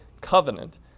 covenant